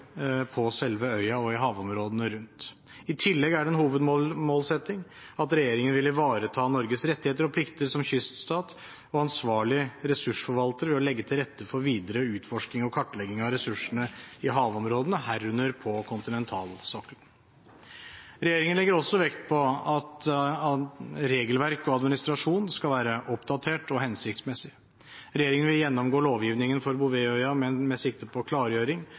i havområdene rundt. I tillegg er det en hovedmålsetting at regjeringen vil ivareta Norges rettigheter og plikter som kyststat og ansvarlig ressursforvalter ved å legge til rette for videre utforskning og kartlegging av ressursene i havområdene, herunder på kontinentalsokkelen. Regjeringen legger også vekt på at regelverk og administrasjon skal være oppdatert og hensiktsmessig. Regjeringen vil gjennomgå lovgivningen for Bouvetøya med sikte på klargjøring